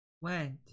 went